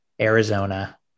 Arizona